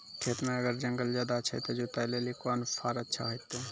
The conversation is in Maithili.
खेत मे अगर जंगल ज्यादा छै ते जुताई लेली कोंन फार अच्छा होइतै?